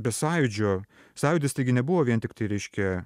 be sąjūdžio sąjūdis taigi nebuvo vien tiktai reiškia